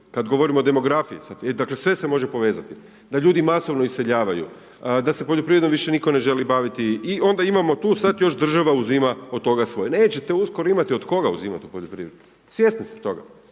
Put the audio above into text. kad govorimo o demografiji sad. Dakle, sve se može povezati. Da ljudi masovno iseljavaju, da se poljoprivredom više nitko ne želi baviti i onda imamo tu sad još država uzima od toga svoje. Nećete uskoro imati od koga uzimati u poljoprivredi. Svjesni ste toga.